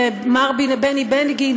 למר בני בגין,